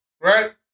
Right